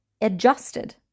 adjusted